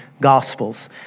gospels